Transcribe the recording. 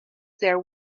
there